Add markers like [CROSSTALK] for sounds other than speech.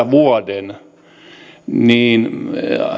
[UNINTELLIGIBLE] vuoden niin